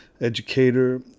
educator